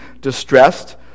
distressed